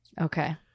Okay